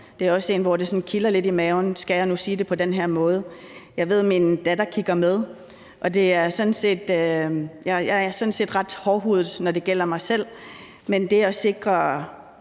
Det er også en, hvor det sådan kilder lidt i maven; skal jeg nu sige det på den her måde? Jeg ved, at min datter kigger med. Jeg er sådan set ret hårdhudet, når det gælder mig selv, men det er for at sikre